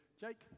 Jake